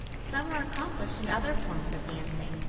some are accomplished in other forms of dancing.